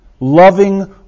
loving